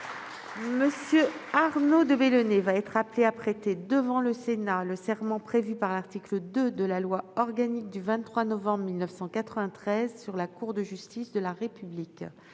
de la République, va être appelé à prêter, devant le Sénat, le serment prévu par l'article 2 de la loi organique du 23 novembre 1993 sur la Cour de justice de la République.